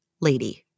lady